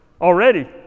already